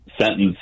sentence